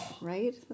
Right